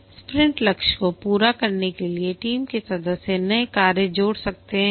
sprint लक्ष्य को पूरा करने के लिए टीम के सदस्य नए कार्य जोड़ सकते हैं